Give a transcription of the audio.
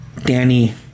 Danny